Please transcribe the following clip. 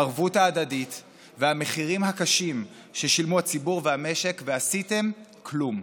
הערבות ההדדית והמחירים הקשים ששילמו הציבור והמשק ועשיתם כלום,